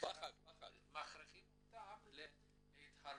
שמכריחים אותם להתחרדות.